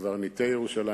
קברניטי ירושלים,